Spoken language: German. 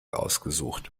ausgesucht